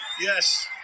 Yes